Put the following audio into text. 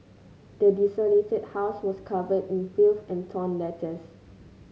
the desolated house was covered in filth and torn letters